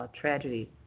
tragedy